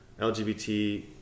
LGBT